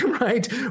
right